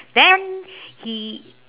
then he